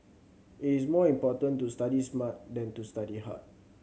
it is more important to study smart than to study hard